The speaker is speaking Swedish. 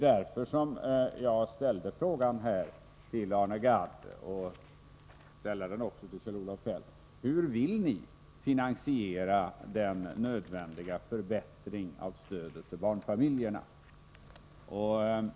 Därför ställde jag denna fråga till Arne Gadd, och jag vill ställa den också till Kjell-Olof Feldt: Hur vill ni finansiera den nödvändiga förbättringen av stödet till barnfamiljerna?